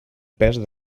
pes